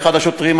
ואחד השוטרים,